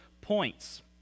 points